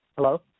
Hello